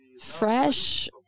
fresh